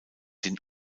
den